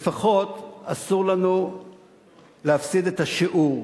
לפחות אסור לנו להפסיד את השיעור.